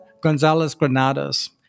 Gonzalez-Granados